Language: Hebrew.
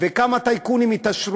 וכמה טייקונים יתעשרו,